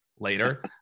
Later